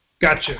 Gotcha